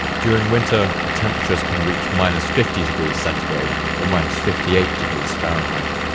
during winter, the temperatures can reach minus fifty degrees centigrade or minus fifty eight degrees fahrenheit.